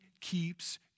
keeps